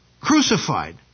crucified